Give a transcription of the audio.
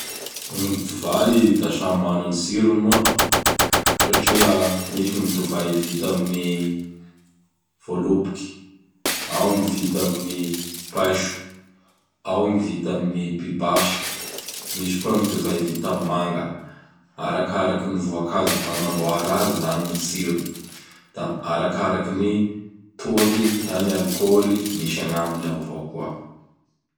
Gn divay! Da samby mana gny tsirony moa satria misy gn ny divay vita amin'ny Voaloboky, ao gny vita amin'ny Paiso, ao gny vita amin'ny Pibasy, misy koa gny divay vita amin'ny Manga. Arakaraky ny voankazo anamboara azy izany gny tsirony; Da arakaraky gny toaky na gny alikôly misy agnaminy ao avao koa.